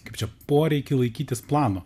kaip čia poreikį laikytis plano